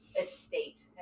Estate